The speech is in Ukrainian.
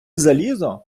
залізо